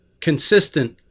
consistent